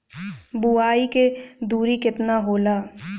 बुआई के दुरी केतना होला?